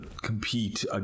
compete